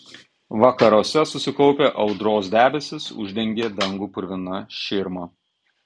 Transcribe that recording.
vakaruose susikaupę audros debesys uždengė dangų purvina širma